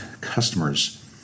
customers